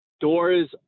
doors